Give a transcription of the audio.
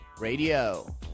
Radio